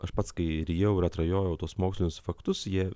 aš pats kai jau rijau ir atrajojau tuos mokslinius faktus jie